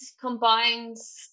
combines